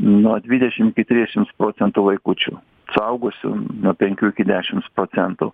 nuo dvidešim iki trisdešims procentų vaikučių suaugusių nuo penkių iki dešims procentų